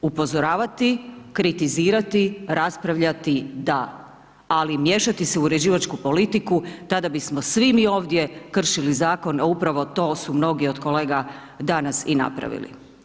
Upozoravati, kritizirati, raspravljati da, ali miješati se u uređivačku politiku tada bismo svi mi ovdje kršili zakon a upravo to su mnogi od kolega danas i napravili.